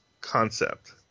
concept